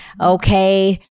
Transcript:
okay